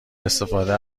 استفاده